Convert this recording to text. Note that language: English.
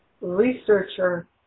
researcher